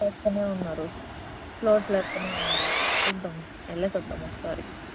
చేస్తూనే ఉన్నారు ఫ్లోర్స్ లేపుతూనే ఉన్నారు సరే చూద్దాం వెళ్ళి వద్దాము ఒకసారి